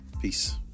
Peace